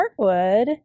Heartwood